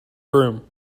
broom